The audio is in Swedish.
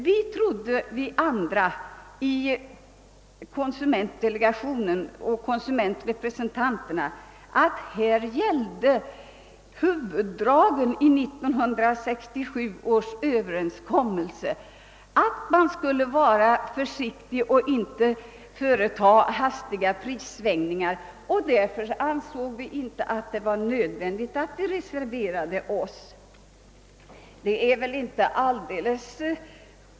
Vi andra i konsumentdelegationen och konsumentrepresentanterna i jordbruksnämnden trodde att här gällde huvuddragen i 1967 års överenskommelse att man skulle vara försiktig och inte företa hastiga prissvängningar. Därför ansåg vi det inte vara nödvändigt att vi reserverade oss.